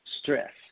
stress